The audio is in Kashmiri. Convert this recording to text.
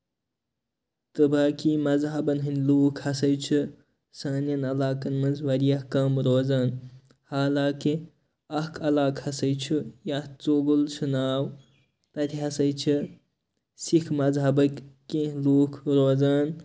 تہٕ باقٕے مَذہَبَن ہٕنٛدۍ لوٗکھ ہسا چھِ سانیٚن علاقَن منٛز واریاہ کَم روزان حالانٛکہِ اکھ علاقہٕ ہَسا چھُ یَتھ ژوٚگُل چھُ ناو تَتہِ ہسا چھِ سِکھ مَذہَبکۍ کیٚنٛہہ لوٗکھ روزان